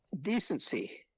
decency